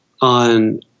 on